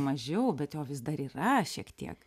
mažiau bet jo vis dar yra šiek tiek